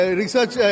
research